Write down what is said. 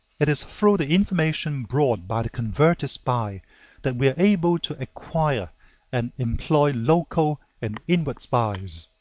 it is through the information brought by the converted spy that we are able to acquire and employ local and inward spies.